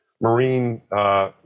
Marine